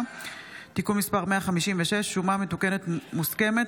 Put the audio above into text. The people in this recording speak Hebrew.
(תיקון מס' 156) (שומה מתוקנת מוסכמת),